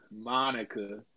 Monica